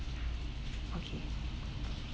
okay